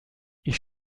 ich